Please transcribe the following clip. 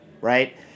right